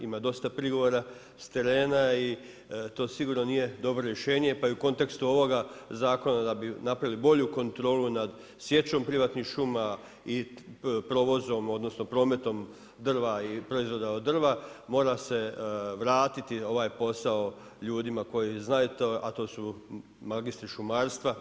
Ima dosta prigovora s terena i to sigurno nije dobro rješenje, pa i u kontekstu ovoga zakona da bi napravili bolju kontrolu nad sjećom privatnih šuma i provozom, odnosno prometom drva i proizvoda od drva mora se vratiti ovaj posao ljudima koji znaju to, a to su magistri šumarstva.